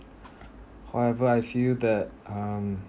however I feel that um